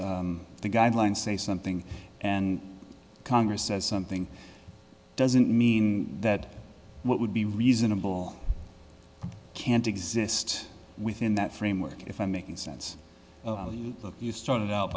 the guidelines say something and congress says something doesn't mean that what would be reasonable can't exist within that framework if i'm making sense you started out